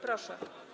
Proszę.